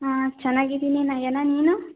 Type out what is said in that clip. ಹಾಂ ಚೆನ್ನಾಗಿದ್ದೀನಿ ನಯನಾ ನೀನು